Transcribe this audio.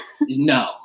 no